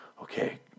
Okay